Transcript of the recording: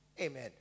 Amen